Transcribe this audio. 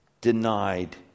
denied